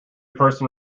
person